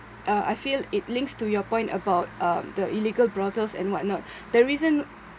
uh I feel it links to your point about um the illegal brothels and what not the reason